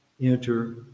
enter